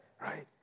right